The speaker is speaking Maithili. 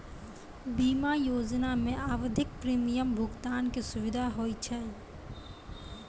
बीमा योजना मे आवधिक प्रीमियम भुगतान के सुविधा होय छै